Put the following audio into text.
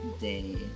day